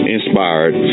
Inspired